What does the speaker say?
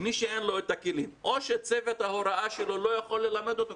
מי שאין לו את הכלים או שצוות ההוראה שלו לא יכול ללמד אותו,